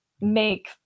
make